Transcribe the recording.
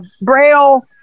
braille